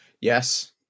Yes